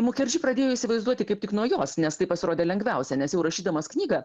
mucherdži pradėjo įsivaizduoti kaip tik nuo jos nes tai pasirodė lengviausia nes jau rašydamas knygą